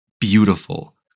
beautiful